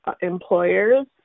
employers